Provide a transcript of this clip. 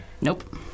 Nope